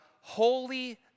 holy